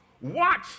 Watch